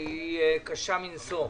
שהיא קשה מנשוא.